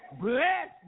Bless